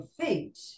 feet